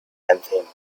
anthem